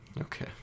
Okay